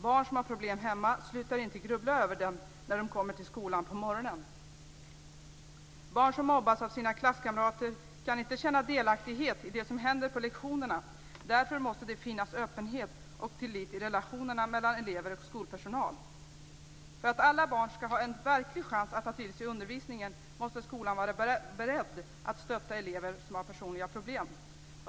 Barn som har problem hemma slutar inte grubbla över dem när de kommer till skolan på morgonen. Barn som mobbas av sina klasskamrater kan inte känna delaktighet i det som händer på lektionerna. Därför måste det finnas öppenhet och tillit i relationerna mellan elever och skolpersonal. För att alla barn ska ha en verklig chans att ta till sig undervisningen måste skolan vara beredd att stötta elever som har personliga problem.